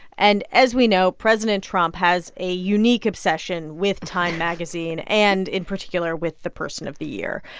and as we know, president trump has a unique obsession with time magazine and in particular with the person of the year.